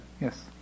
Yes